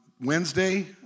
Wednesday